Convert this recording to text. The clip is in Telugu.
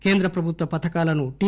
కేంద్ర ప్రభుత్వ పథకాలను టి